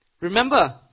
Remember